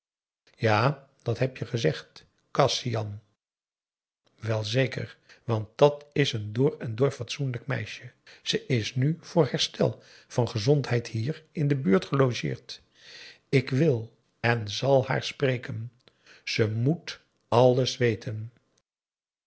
ja dat heb je gezegd kasian wel zeker want dàt is een door en door fatsoenlijk meisje ze is nu voor herstel van gezondheid hier in de buurt gelogeerd ik wil en zal haar spreken ze moet alles weten